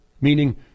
Meaning